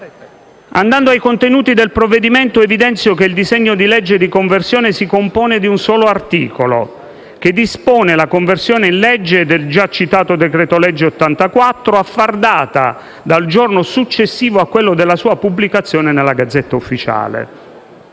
Andando ai contenuti del provvedimento, evidenzio che il disegno di legge di conversione si compone di un solo articolo che dispone la conversione in legge del decreto-legge n. 84 del 2018 a far data dal giorno successivo a quello della sua pubblicazione nella *Gazzetta Ufficiale*.